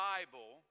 Bible